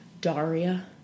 Daria